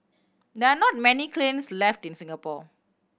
there are not many kilns left in Singapore